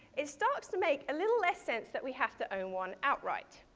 it starts to make a little less sense that we have to own one outright.